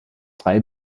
drei